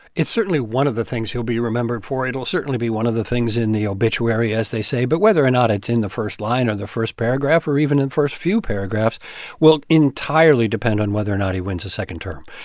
it's certainly one of the things he'll be remembered for. it will certainly be one of the things in the obituary, as they say. but whether or not it's in the first line or the first paragraph or even in first few paragraphs will entirely depend on whether or not he wins a second term.